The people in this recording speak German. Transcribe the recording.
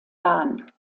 bahn